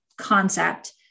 concept